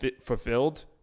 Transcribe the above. fulfilled